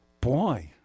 Boy